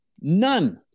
None